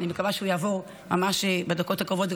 אני מקווה שהוא יעבור ממש בדקות הקרובות,